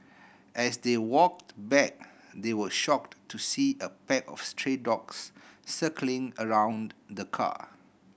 as they walked back they were shocked to see a pack of stray dogs circling around the car